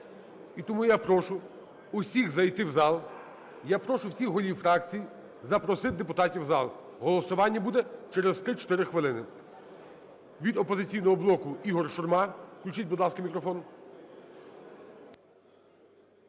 І тому я прошу всіх зайти в зал, я прошу всіх голів фракцій запросити депутатів в зал. Голосування буде через 3-4 хвилини. Від "Опозиційного блоку" Ігор Шурма. Включіть, будь ласка, мікрофон.